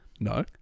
No